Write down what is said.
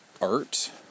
art